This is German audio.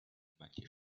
manche